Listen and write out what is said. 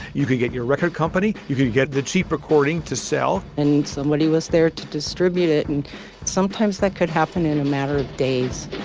you can get your record company. you can get the cheap recording to sell and somebody was there to distribute it. and sometimes that could happen in a matter of days